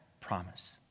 promise